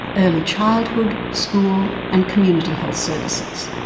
early childhood, school and community health services.